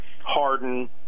Harden